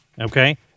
okay